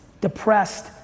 depressed